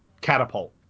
catapult